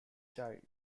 child